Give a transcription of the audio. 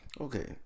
okay